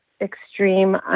extreme